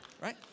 Right